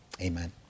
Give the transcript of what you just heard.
amen